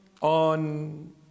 on